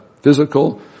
physical